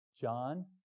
John